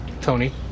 Tony